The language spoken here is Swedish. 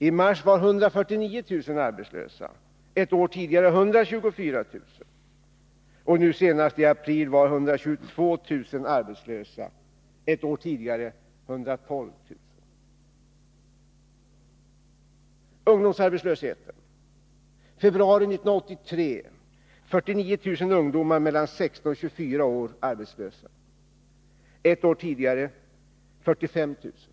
I mars var 149 000 arbetslösa — ett år tidigare 124 000. Och nu senast i april var 122 000 arbetslösa — ett år tidigare 112 000. Beträffande ungdomsarbetslösheten: I februari 1983 var 49 000 ungdomar mellan 16 och 24 år arbetslösa — ett år tidigare 45 000.